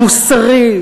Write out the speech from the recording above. מוסרי,